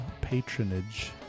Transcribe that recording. Patronage